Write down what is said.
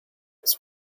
his